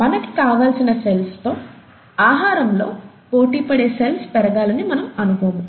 మనకి కావాల్సిన సెల్స్ తో ఆహారంలో పోటీ పడే సెల్స్ పెరగాలని మనం అనుకోము